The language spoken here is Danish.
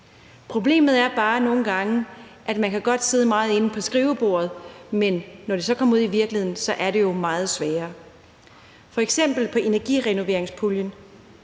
problemet er bare nogle gange, at man godt kan sidde og gøre meget inde ved skrivebordet, men når det så kommer ud i virkeligheden, så er det jo meget sværere. F.eks. var der i forbindelse